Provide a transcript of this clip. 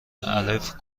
الف